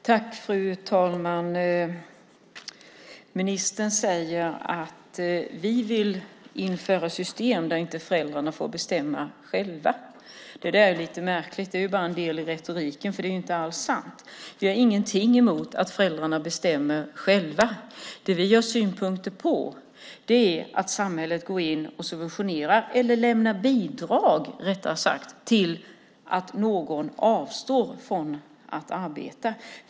Fru talman! Ministern säger att vi vill införa system där föräldrarna inte får bestämma själva. Det där är lite märkligt. Det är ju bara en del i retoriken, för det är inte alls sant. Vi har ingenting emot att föräldrarna bestämmer själva. Det vi har synpunkter på är att samhället går in och subventionerar eller, rättare sagt, lämnar bidrag för att någon avstår från att arbeta.